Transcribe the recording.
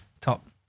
top